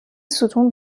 ستون